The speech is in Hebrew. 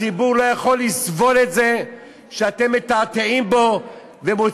הציבור לא יכול לסבול את זה שאתם מתעתעים בו ומוצאים